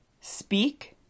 speak